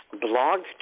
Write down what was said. blog